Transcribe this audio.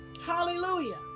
Hallelujah